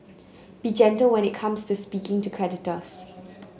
be gentle when it comes to speaking to creditors